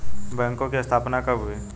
बैंकों की स्थापना कब हुई?